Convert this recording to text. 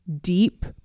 deep